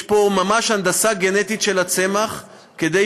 יש פה ממש הנדסה גנטית של הצמח כדי